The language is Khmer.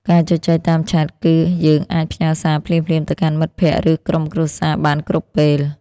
ការជជែកតាមឆាត គឺយើងអាចផ្ញើសារភ្លាមៗទៅកាន់មិត្តភក្ដិ ឬក្រុមគ្រួសារបានគ្រប់ពេល។